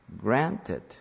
granted